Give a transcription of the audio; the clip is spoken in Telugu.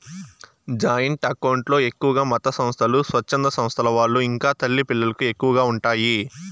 జాయింట్ అకౌంట్ లో ఎక్కువగా మతసంస్థలు, స్వచ్ఛంద సంస్థల వాళ్ళు ఇంకా తల్లి పిల్లలకు ఎక్కువగా ఉంటాయి